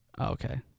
Okay